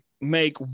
make